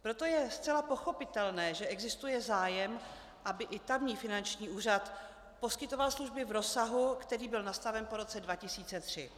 Proto je zcela pochopitelné, že existuje zájem, aby i tamní finanční úřad poskytoval služby v rozsahu, který byl nastaven po roce 2003.